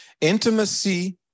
Intimacy